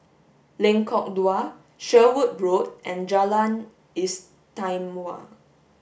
Lengkok Dua Sherwood Road and Jalan Istimewa